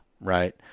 right